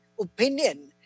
opinion